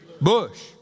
Bush